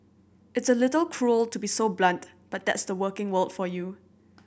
it's a little cruel to be so blunt but that's the working world for you